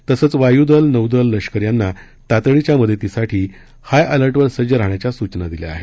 तसंच वायूदल नौदल लष्कर यांना तातडीच्या मदतीसाठी हाय अलर्टवर सज्ज राहण्याच्या सूचना दिल्या आहेत